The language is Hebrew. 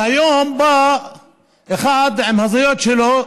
והיום בא אחד עם ההזיות שלו,